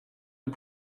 les